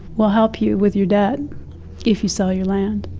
we'll help you with your debt if you sell your land.